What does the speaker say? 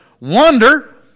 wonder